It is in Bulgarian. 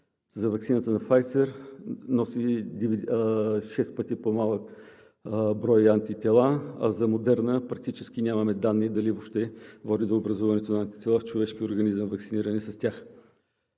за ваксината на Pfizer носи шест пъти по-малък брой антитела, а за Moderna практически нямаме данни дали въобще води до образуването на антитела в човешки организъм, ваксиниран с тях.